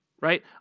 right